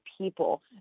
people